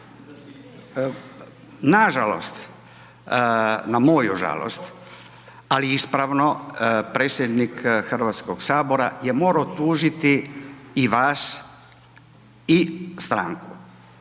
nažalost na moju žalost, ali ispravno, predsjednik Hrvatskog sabora je morao tužiti i vas i stranku.